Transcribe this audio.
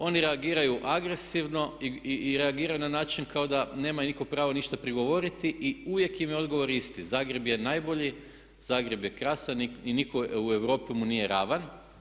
Oni reagiraju agresivno i reagiraju na način kao da nema nitko pravo ništa prigovoriti i uvijek im je odgovor isti Zagreb je najbolji, Zagreb je krasan i niko u Europi mu nije ravan.